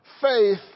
faith